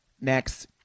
next